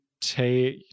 take